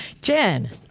Jen